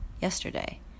yesterday